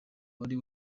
wari